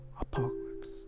apocalypse